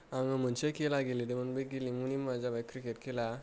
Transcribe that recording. आङो मोनसे खेला गेलेदोंमोन बे गेलेमुनि मुंंआ जाबाय क्रिकेट खेला